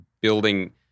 building